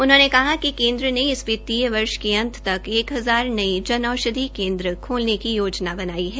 उन्होंने कहा कि केन्द्र ने इस वर्ष वित्तीयवर्ष के अंत तक एक हजार नये जन औषधि केन्द्र खोलने की योजना बनाई है